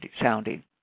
sounding